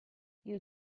you